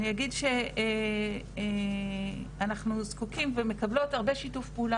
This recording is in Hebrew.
אני אגיד שאנחנו זקוקים ומקבלות הרבה שיתוף פעולה